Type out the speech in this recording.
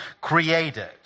created